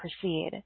proceed